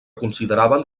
consideraven